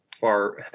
far